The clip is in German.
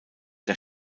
der